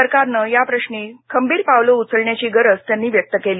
सरकारनं या प्रश्नी खंबीर पावलं उचलण्याची गरज त्यांनी व्यक्त केली